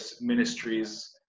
ministries